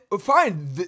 fine